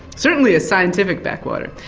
certainly a scientific backwater.